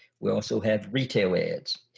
we also have retail ads.